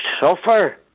suffer